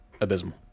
abysmal